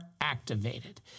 activated